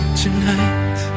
tonight